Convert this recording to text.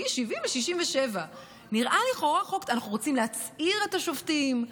מ-70 ל-67, אנחנו רוצים להצעיר את השופטים,